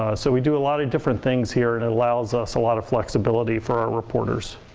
ah so we do a lot of different things here and it allows us a lot of flexibility for our reporters.